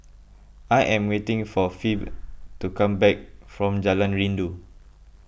I am waiting for Phebe to come back from Jalan Rindu